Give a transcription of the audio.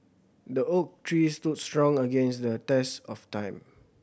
the oak tree stood strong against the test of time